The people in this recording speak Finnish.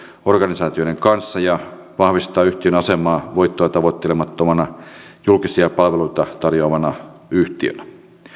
organisaatioiden kanssa ja vahvistaa yhtiön asemaa voittoa tavoittelemattomana julkisia palveluita tarjoavana yhtiönä